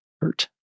hurt